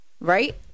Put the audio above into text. right